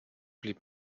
blieb